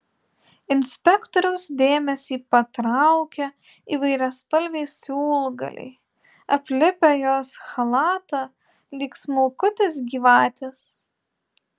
inspektoriaus dėmesį patraukia įvairiaspalviai siūlgaliai aplipę jos chalatą lyg smulkutės gyvatės